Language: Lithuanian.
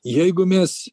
jeigu mes